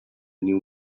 new